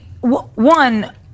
one